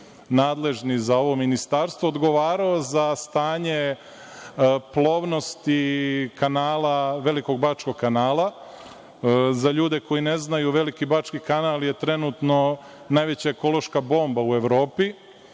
nadležni za ovo ministarstvo, odgovarao za stanje plovnosti Velikog bačkog kanala? Za ljude koji ne znaju, Veliki bački kanal je trenutno najveća ekološka bomba u Evropi.